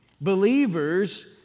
believers